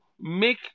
make